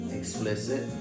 explicit